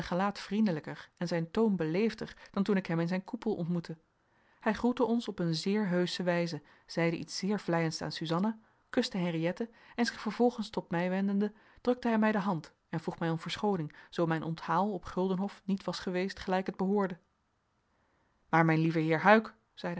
gelaat vriendelijker en zijn toon beleefder dan toen ik hem in zijn koepel ontmoette hij groette ons op een zeer heusche wijze zeide iets zeer vleiends aan suzanna kuste henriëtte en zich vervolgens tot mij wendende drukte hij mij de hand en vroeg mij om verschooning zoo mijn onthaal op guldenhof niet was geweest gelijk het behoorde maar mijn lieve heer huyck zeide